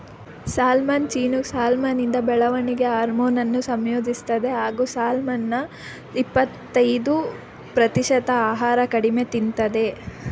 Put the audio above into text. salmon chinook ಸಾಲ್ಮನಿಂದ ಬೆಳವಣಿಗೆ ಹಾರ್ಮೋನನ್ನು ಸಂಯೋಜಿಸ್ತದೆ ಹಾಗೂ ಸಾಲ್ಮನ್ನ ಇಪ್ಪತಯ್ದು ಪ್ರತಿಶತ ಆಹಾರ ಕಡಿಮೆ ತಿಂತದೆ